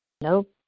Nope